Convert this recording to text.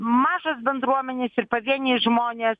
mažos bendruomenės ir pavieniai žmonės